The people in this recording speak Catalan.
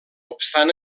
obstant